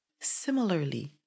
Similarly